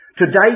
Today